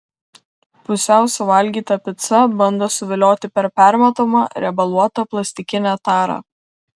pusiau suvalgyta pica bando suvilioti per permatomą riebaluotą plastikinę tarą